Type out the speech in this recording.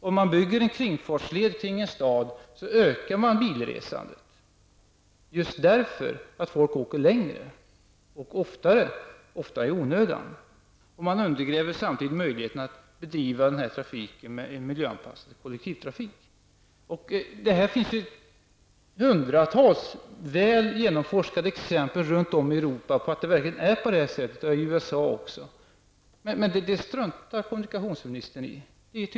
Om man bygger en kringfartsled runt en stad ökar man bilresandet, eftersom folk åker längre och oftare, ofta i onödan. Det finns hundratals väl genomforskade exempel runt om Europa och USA på att det verkligen fungerar så, men det struntar kommunikationsministern i.